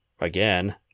again